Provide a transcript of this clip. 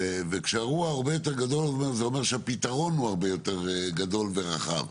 וכשהאירוע הרבה יותר גדול זה אומר שהפתרון הוא הרבה יותר גדול ורחב.